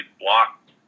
blocked